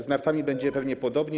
Z nartami będzie pewnie podobnie.